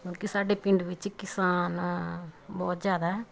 ਬਲਕਿ ਸਾਡੇ ਪਿੰਡ ਵਿੱਚ ਕਿਸਾਨ ਬਹੁਤ ਜ਼ਿਆਦਾ